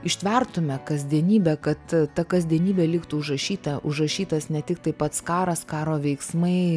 ištvertume kasdienybę kad ta kasdienybė liktų užrašyta užrašytas ne tiktai pats karas karo veiksmai